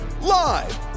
live